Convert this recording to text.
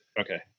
okay